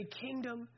kingdom